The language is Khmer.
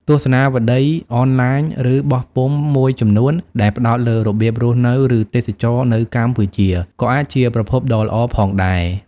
ទស្សនាវដ្តីអនឡាញ ឬបោះពុម្ពមួយចំនួនដែលផ្តោតលើរបៀបរស់នៅ ឬទេសចរណ៍នៅកម្ពុជា ក៏អាចជាប្រភពដ៏ល្អផងដែរ។